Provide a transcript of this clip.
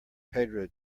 pedro